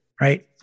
Right